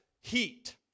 heat